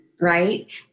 right